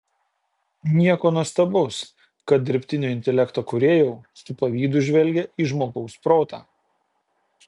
nieko nuostabaus kad dirbtinio intelekto kūrėjau su pavydu žvelgią į žmogaus protą